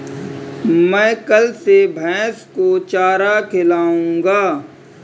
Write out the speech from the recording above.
मैं कल से भैस को चारा खिलाऊँगा